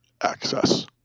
access